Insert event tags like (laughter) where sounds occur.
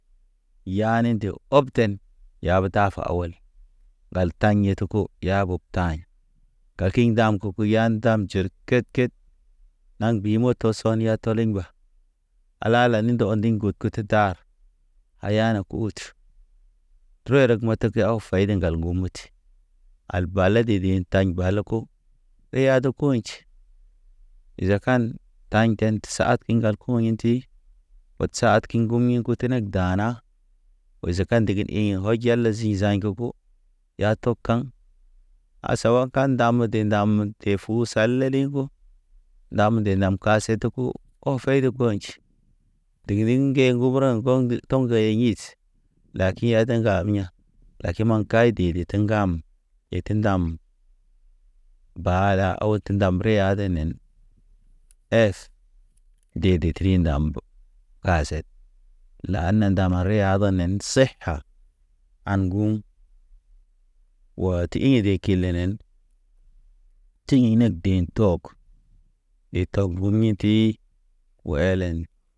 Yane nde obten yabe tafa awal gal taɲ yetko yaɓob taɲ. Kakiŋ ndam kuku ya ndam jer ket- ket, naŋgi moto son ya tɔliŋ mba. Ala ni ndɔŋ ondiŋ gut kutu dar, aya ku ut trerek metek aw fay nde ŋgal ngu muti. Al bala dede taɲ bala kom, re ad kotʃ. Izakan taɲten təsahad ke ŋgal ku woɲ tə, wat sad kiŋ ḭ ngum ḭ ngutenek dana wazakan ndeget ḭ wa jala zḭ zaɲ goko ya tɔ ka̰. A sawaka ndam mede ndam mede, te fu sal le ɗeŋgo, nam nde nam ka seteku, o feyde ŋgetʃ. Digiriŋ ŋge ŋguburaŋ (hesitation) to̰ ŋgeye hit, lakiya te ŋgageya̰, laki ma kay dede tə ŋgam. Ete ndam baaɗa otə ndam re adenen, es dede tri ndam paset. La ne nda mare ya genen seka. An ŋgu, wa te i de kilenen, tḭ inek dḛ tɔk ɗe tɔg bu miti o elen.